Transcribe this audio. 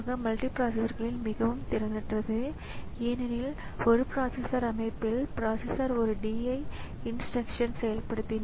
எனவே EPROM க்காக ROM ல் வைக்கப்பட்டுள்ள ஆப்பரேட்டிங் ஸிஸ்டத்தின் இந்த பகுதியான ப்ரோக்ராம் ஃபார்ம்வேர் என அழைக்கப்படுகிறது